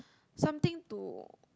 something to